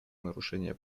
нарушения